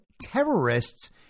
terrorists